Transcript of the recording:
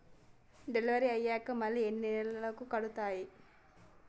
Delivery అయ్యాక మళ్ళీ ఎన్ని నెలలకి కడుతాయి?